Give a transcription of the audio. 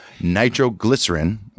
nitroglycerin